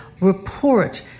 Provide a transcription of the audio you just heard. report